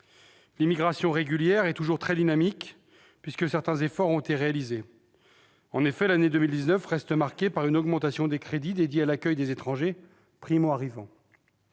L'immigration régulière est toujours très dynamique, certains efforts ayant été réalisés. En effet, l'année 2019 sera marquée par une augmentation des crédits destinés à l'accueil des étrangers primoarrivants.